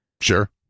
Sure